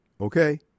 Okay